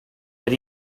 that